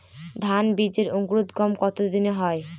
ধান বীজের অঙ্কুরোদগম কত দিনে হয়?